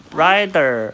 rider